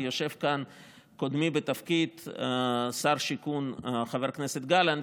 יושב כאן קודמי בתפקיד שר השיכון חבר כנסת גלנט,